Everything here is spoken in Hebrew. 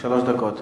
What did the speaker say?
שלוש דקות.